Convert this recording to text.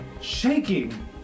shaking